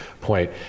point